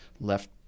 left